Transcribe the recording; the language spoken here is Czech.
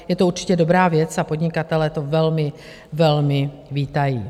Je to určitě dobrá věc a podnikatelé to velmi vítají.